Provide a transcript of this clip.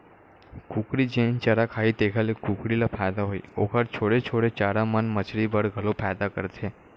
कुकरी जेन चारा खाही तेखर ले कुकरी ल फायदा होही, ओखर छोड़े छाड़े चारा मन मछरी बर घलो फायदा करथे